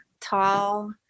tall